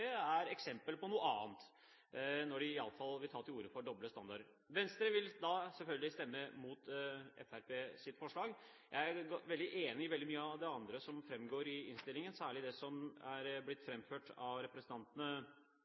et eksempel på noe annet – iallfall når de vil ta til orde for doble standarder. Venstre vil selvfølgelig stemme imot Fremskrittspartiets forslag. Jeg er veldig enig i veldig mye av det andre som framkommer i innstillingen, særlig det som er blitt framført av de representantene